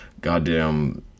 goddamn